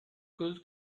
good